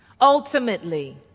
Ultimately